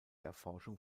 erforschung